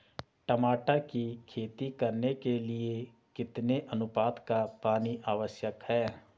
टमाटर की खेती करने के लिए कितने अनुपात का पानी आवश्यक है?